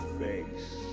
face